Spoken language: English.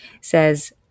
says